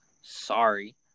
sorry